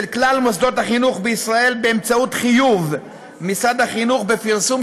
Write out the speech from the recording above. כלל מוסדות החינוך בישראל באמצעות חיוב משרד החינוך בפרסום